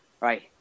Right